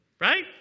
Right